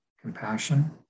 compassion